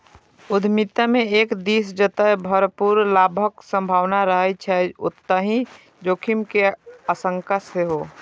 उद्यमिता मे एक दिस जतय भरपूर लाभक संभावना रहै छै, ओतहि जोखिम के आशंका सेहो